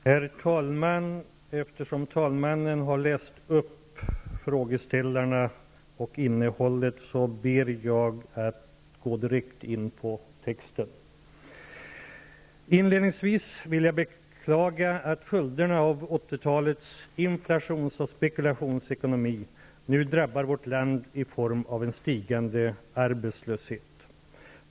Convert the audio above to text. Herr talman! Lennart Nilsson, Ingegerd Sahlström, Kjörnsberg och Ingvar Johnsson har bl.a. mot bakgrund av arbetslösheten i Bohuslän, Halland, Älvsborgsområdet frågat mig vad jag avser att göra i avvaktan på ''marknaden''. Inge Carlsson och Lars Stjernkvist har frågat mig vilka åtgärder jag är beredd att vidta för att tidigarelägga av dem angivna byggprojekt inom den offentliga sektorn. Jag besvarar samtliga frågor i ett sammanhang. Inledningsvis vill jag beklaga att följderna av 80 talets inflations och spekulationsekonomi nu drabbar vårt land i form av en stigande arbetslöshet.